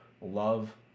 love